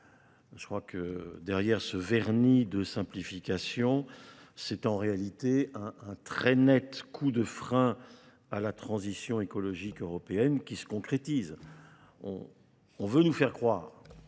Je crois que derrière ce vernis de simplification, c'est en réalité un très net coup de frein à la transition écologique européenne qui se concrétise. On veut nous faire croire